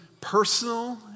personal